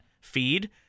feed